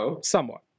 Somewhat